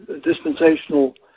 dispensational